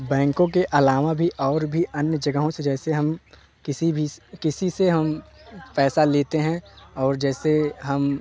बैंकों के अलावा भी और भी अन्य जगहों से जैसे हम किसी भी किसी से हम पैसा लेते हैं और जैसे हम